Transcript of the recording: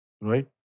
Right